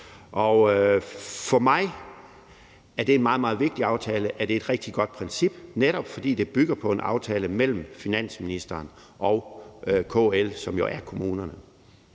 For mig er det en meget, meget vigtig aftale. Det er et rigtig godt princip, netop fordi det bygger på en aftale mellem finansministeren og KL, som jo repræsenterer